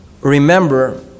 Remember